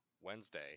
Wednesday